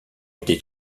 été